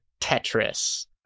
Tetris